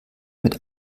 mit